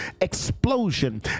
explosion